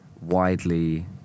widely